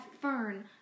Fern